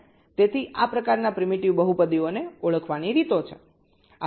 તેથી આ પ્રકારના પ્રીમિટિવ બહુપદીઓને ઓળખવાની રીતો છે